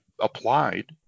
applied